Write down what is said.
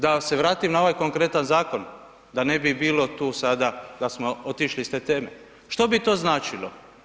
Da se vratim na ovaj konkretan zakon, da ne bi bilo tu sada da smo otišli iz te teme, što bi to značilo?